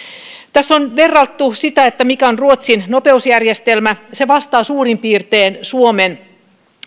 tässä on verrattu sitä mikä on ruotsin nopeusjärjestelmä se vastaa suurin piirtein suomen